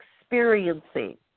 experiencing